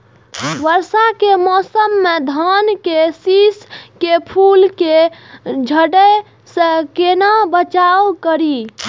वर्षा के मौसम में धान के शिश के फुल के झड़े से केना बचाव करी?